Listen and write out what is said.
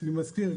אני מזכיר,